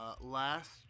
last